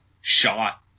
shot